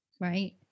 right